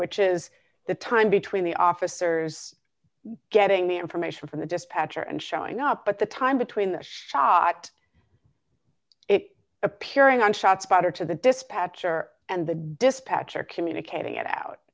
which is the time between the officers getting the information from the dispatcher and showing up but the time between the shot it appearing on shot spotter to the dispatcher and the dispatcher communicating it out